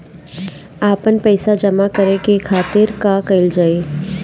आपन पइसा जमा करे के खातिर का कइल जाइ?